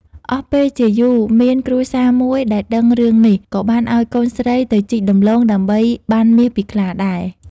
អស់ពេលជាយូរមានគ្រួសារមួយដែលដឹងរឿងនេះ ក៏បានឲ្យកូនស្រីទៅជីកដំឡូងដើម្បីបានមាសពីខ្លាដែរ។